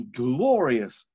glorious